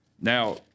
Now